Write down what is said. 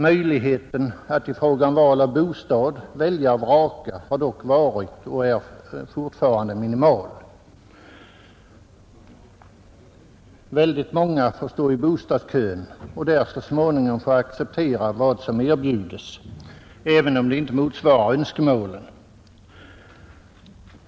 Möjligheten att i fråga om bostad välja och vraka har dock varit och är fortfarande minimal. Många får stå i bostadskön och där så småningom acceptera vad som erbjuds, även om det inte motsvarar önskemålen.